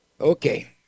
okay